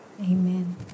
Amen